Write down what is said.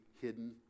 hidden